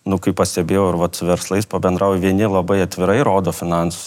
nu kaip pastebėjau ir vat su verslais pabendrauju vieni labai atvirai rodo finansus